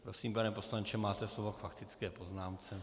Prosím, pane poslanče, máte slovo k faktické poznámce.